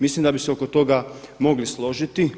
Mislim da bi se oko toga mogli složiti.